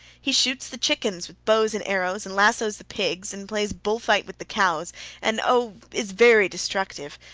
he shoots the chickens with bows and arrows and lassoes the pigs and plays bull-fight with the cows and oh, is very destructive!